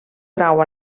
trau